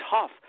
tough